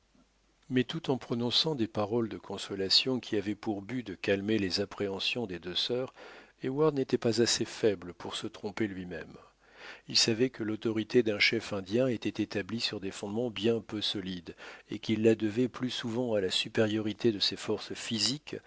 mais tout en prononçant des paroles de consolation qui avaient pour but de calmer les appréhensions des deux sœurs heyward n'était pas assez faible pour se tromper lui-même il savait que l'autorité d'un chef indien était établie sur des fondements bien peu solides et qu'il la devait plus souvent à la supériorité de ses forces physiques